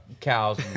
Cows